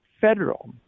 Federal